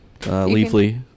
Leafly